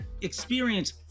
experience